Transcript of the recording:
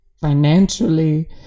financially